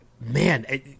man